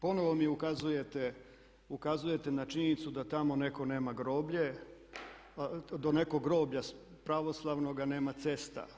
Ponovo mi ukazujete na činjenicu da tamo netko nema groblje, do nekog groblja pravoslavnoga nema cesta.